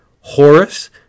horace